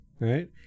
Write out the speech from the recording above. Right